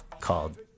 called